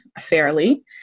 fairly